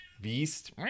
Beast